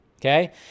okay